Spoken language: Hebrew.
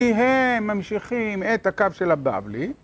‫הם ממשיכים את הקו של הבבלי.